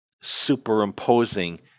superimposing